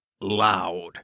loud